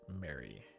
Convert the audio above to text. mary